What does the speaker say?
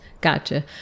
Gotcha